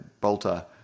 bolter